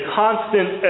constant